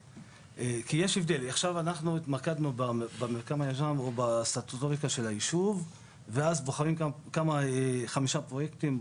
עכשיו אנחנו התמקדנו בסטטוטוריקה של היישוב ואז בוחנים חמישה פרויקטים,